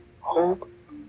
hope